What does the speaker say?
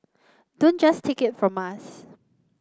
don't just take it from us